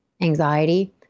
anxiety